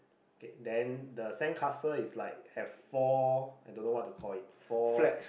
okay then the sandcastle is like have four I don't know what to call it four